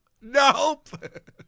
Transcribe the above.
Nope